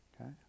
Okay